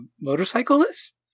motorcyclist